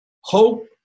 Hope